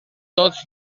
tots